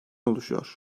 oluşuyor